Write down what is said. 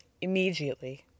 immediately